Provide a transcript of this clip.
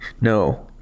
no